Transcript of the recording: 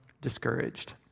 discouraged